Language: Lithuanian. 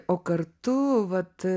o kartu vat